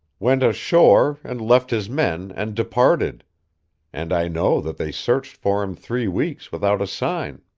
went ashore, and left his men, and departed and i know that they searched for him three weeks without a sign.